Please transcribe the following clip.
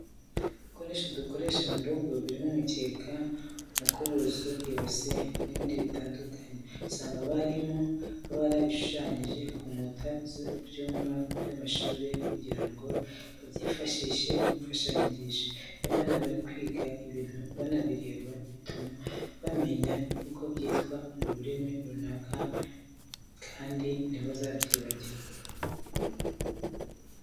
Ibikoresho dukoresha mu rugo birimo umukeka, umukubuzo, ibase n'ibindi bitandukanye usanga abarimu baba barabishushanyije ku nkuta z'ibyumba by'amashuri kugira ngo babyifashishe nk'imfashanyigisho. Iyo abana bari kwiga ibintu banabireba bituma bamenya kuko byitwa mu rurimi runaka kandi ntibazabyibagirwe.